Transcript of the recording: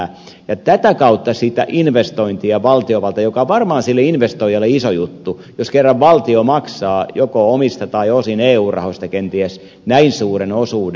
tätä kautta tukee sitä investointia valtiovalta mikä varmaan sille investoijalle on iso juttu jos kerran valtio maksaa joko omista tai osin eu rahoista kenties näin suuren osuuden